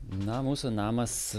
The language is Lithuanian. na mūsų namas